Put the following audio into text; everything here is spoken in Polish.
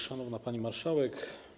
Szanowna Pani Marszałek!